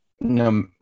no